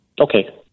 Okay